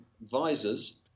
visors –